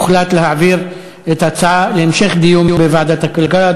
הוחלט להעביר את ההצעה להמשך דיון בוועדת הכלכלה.